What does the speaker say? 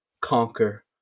conquer